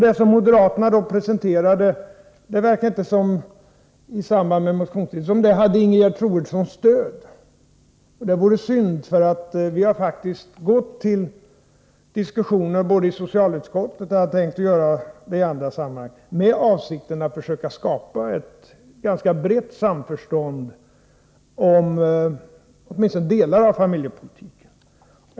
Det som moderaterna presenterade i samband med allmänna motionstiden verkar inte ha Ingegerd Troedssons stöd. Det vore synd, för det pågår faktiskt diskussioner både i socialutskottet och i andra sammanhang, med avsikt att försöka skapa ett ganska brett samförstånd om åtminstone delar av familjepolitiken.